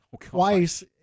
twice